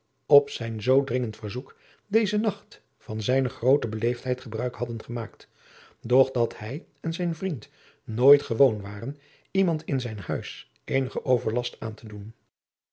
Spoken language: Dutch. op zijn zoo dringend verzoek dezen nacht van zijne groote beleefdheid gebruik hadden gemaakt doch dat hij en zijn vriend nooit gewoon waren iemand in zijn huis eenigen overlast aan te doen